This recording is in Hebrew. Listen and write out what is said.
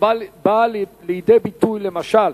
שבאה לידי ביטוי, למשל,